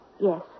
Yes